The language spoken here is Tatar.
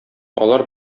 алар